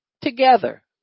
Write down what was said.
together